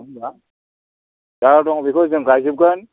नङा होनब्ला जा दं बेखौ जों गाइजोबगोन